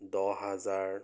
দহ হাজাৰ